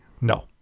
No